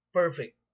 perfect